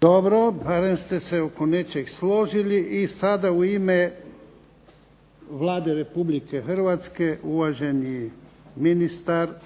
Dobro, barem ste se oko nečeg složili. I sada u ime Vlade Republike Hrvatske uvaženi ministar